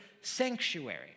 sanctuary